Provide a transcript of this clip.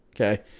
Okay